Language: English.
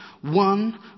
one